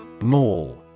Mall